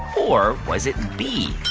or was it b,